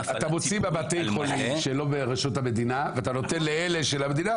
אתה מוציא מבתי החולים שלא ברשות המדינה ואתה נותן לאלה של המדינה,